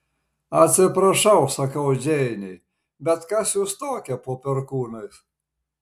atsiprašau sakau džeinei bet kas jūs tokia po perkūnais